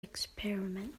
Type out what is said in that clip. experiment